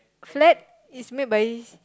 slack is make by